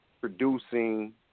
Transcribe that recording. producing